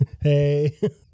hey